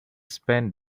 spent